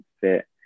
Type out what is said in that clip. fit